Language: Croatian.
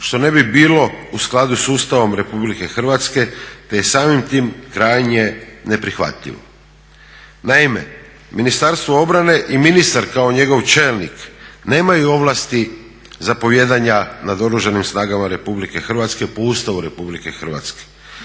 što ne bi bilo u skladu s Ustavom RH te je samim tim krajnje neprihvatljivo. Naime, Ministarstvo obrane i ministar kao njegov čelnik nemaju ovlasti zapovijedanja nad Oružanim snagama RH po Ustavu RH. Takvu